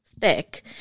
thick